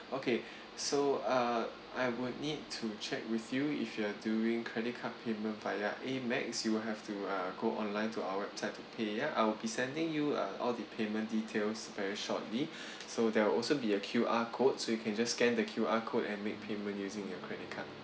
okay so uh I would need to check with you if you are doing credit card payment via amex you will have to uh go online to our website to pay ya I'll be sending you uh all the payment details very shortly so there will also be a Q_R code so you can just scan the Q_R code and make payment using your credit card